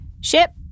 Ship